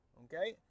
okay